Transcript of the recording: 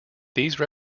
these